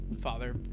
father